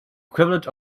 equivalent